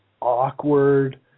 awkward